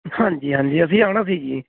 ਹਾਂਜੀ ਹਾਂਜੀ ਅਸੀਂ ਆਉਣਾ ਸੀ ਜੀ